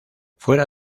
fuera